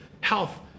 Health